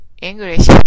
English